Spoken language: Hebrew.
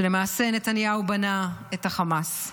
שלמעשה נתניהו בנה את החמאס,